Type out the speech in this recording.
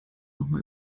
nochmal